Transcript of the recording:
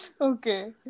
Okay